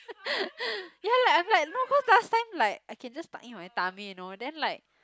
ya like I'm like no cause last time like I can just tuck in my tummy you know then like